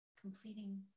completing